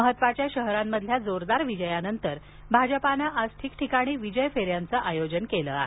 महत्वाच्या शहरांमधल्या जोरदार विजयानंतर भाजपानं आज ठिकठिकाणी विजय फेऱ्यांचं आयोजन केलं आहे